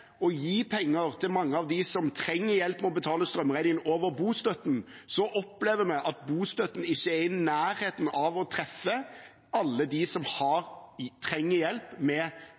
å gi penger over bostøtten til mange av dem som trenger hjelp med å betale strømregningen, er ikke bostøtten i nærheten av å treffe alle dem som trenger hjelp med